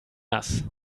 nass